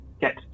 get